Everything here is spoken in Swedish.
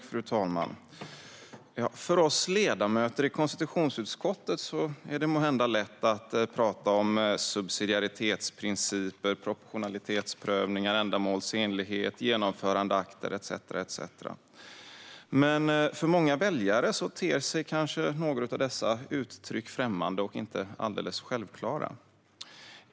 Fru talman! För oss ledamöter i konstitutionsutskottet är det måhända lätt att tala om subsidiaritetsprinciper, proportionalitetsprövningar, ändamålsenlighet, genomförandeakter etcetera. Men för många väljare ter sig kanske några av dessa utryck främmande och inte alldeles självklara.